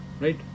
right